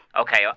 Okay